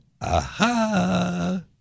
Aha